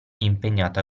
impegnato